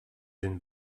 den